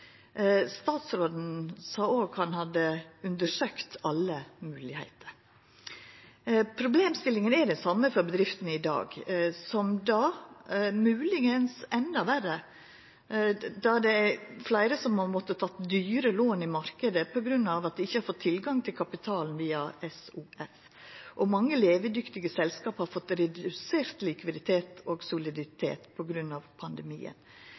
Statsråden sa òg at han hadde undersøkt alle mogelegheiter. Problemstillinga er den same for bedriftene i dag – mogelegvis endå verre, då det er fleire som har måtta ta dyre lån i marknaden på grunn av at dei ikkje har fått tilgang på kapital via SOF. Og mange levedyktige selskap har fått redusert likviditet og soliditet på grunn av pandemien.